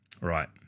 Right